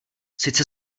sice